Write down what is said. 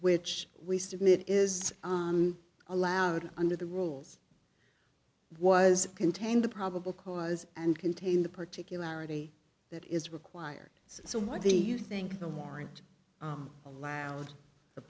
which we submit is allowed under the rules was contained the probable cause and contain the particularity that is required so why do you think the warrant allowed the